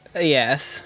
Yes